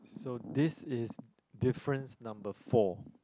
so this is difference number four